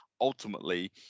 ultimately